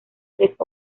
tres